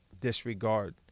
disregard